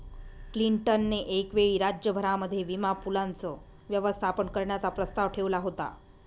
Clinton ने एक वेळी राज्य भरामध्ये विमा पूलाचं व्यवस्थापन करण्याचा प्रस्ताव ठेवला होता